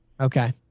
Okay